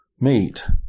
meet